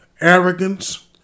arrogance